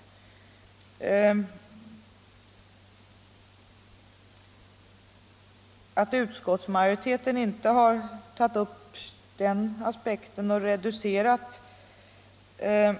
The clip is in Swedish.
Jag kanske inte skall försöka förklara anledningen till att utskottsmajoriteten inte har tagit upp den aspekten och reducerat uttaget